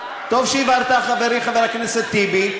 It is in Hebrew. חברי חבר הכנסת טיבי.